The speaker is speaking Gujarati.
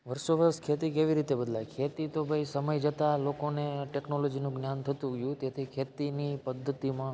વર્ષોવર્ષ ખેતી કેવી રીતે બદલાય ખેતી તો ભઈ સમય જતા લોકોને ટેક્નોલોજીનું જ્ઞાન થતું ગયું તેથી ખેતીની પદ્ધતિમાં